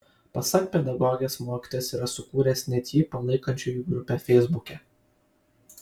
pasak pedagogės mokytojas yra sukūręs net jį palaikančiųjų grupę feisbuke